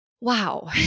Wow